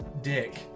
dick